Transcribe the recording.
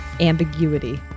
ambiguity